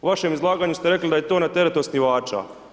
U vašem izlaganju ste rekli da je to na teret osnivača.